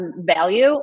value